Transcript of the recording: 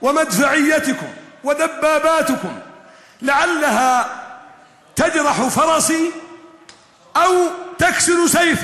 והטנקים שלכם יפצעו את סוסִי או ישברו את חרבי,